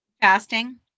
fasting